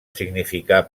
significar